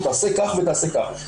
תעשה כך ותעשה כך'.